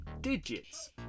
digits